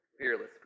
fearless